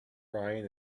brian